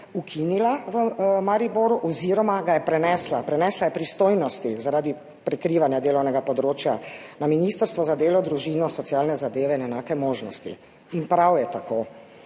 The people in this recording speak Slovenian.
ukinila oziroma ga je prenesla. Prenesla je pristojnosti zaradi prikrivanja delovnega področja na Ministrstvo za delo, družino, socialne zadeve in enake možnosti. In prav je tako.